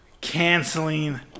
canceling